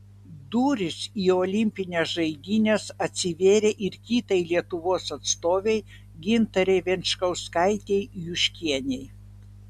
durys į olimpines žaidynes atsivėrė ir kitai lietuvos atstovei gintarei venčkauskaitei juškienei